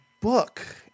book